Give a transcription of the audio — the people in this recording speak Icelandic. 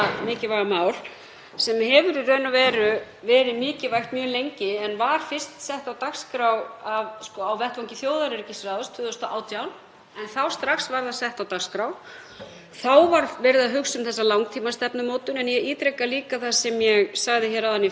en þá strax var það sett á dagskrá. Þá var verið að hugsa um þessa langtímastefnumótun en ég ítreka líka það sem ég sagði í fyrri ræðu að ég setti strax af stað hóp til að skilgreina neyðarbirgðir um leið og brast á með þessum skelfilegu tíðindum frá Úkraínu.